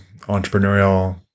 entrepreneurial